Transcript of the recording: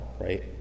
right